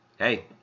Hey